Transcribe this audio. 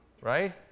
right